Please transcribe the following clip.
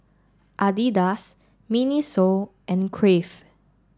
Adidas Miniso and Crave